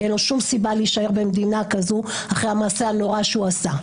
כי אין לו שום סיבה להישאר במדינה אחרי המעשה הנורא שהוא עשה.